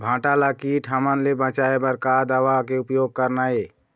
भांटा ला कीट हमन ले बचाए बर का दवा के उपयोग करना ये?